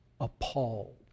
appalled